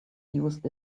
used